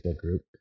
group